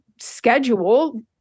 schedule